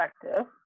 perspective